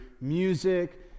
music